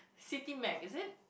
city mag~ is it